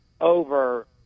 over